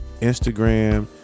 Instagram